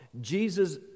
Jesus